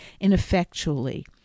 ineffectually